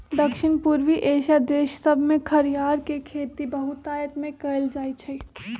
दक्षिण पूर्वी एशिया देश सभमें घरियार के खेती बहुतायत में कएल जाइ छइ